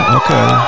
okay